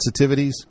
sensitivities